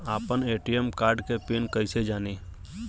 आपन ATM card के PIN कईसे जानी?